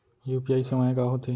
UPI सेवाएं का होथे?